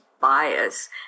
bias